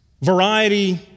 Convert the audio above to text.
variety